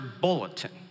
bulletin